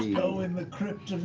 go in the crypt